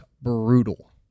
brutal